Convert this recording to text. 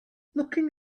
looking